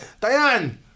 Diane